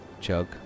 Chug